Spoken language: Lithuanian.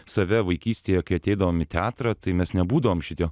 save vaikystėje kai ateidavom į teatrą tai mes nebūdavom šitie